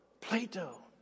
Plato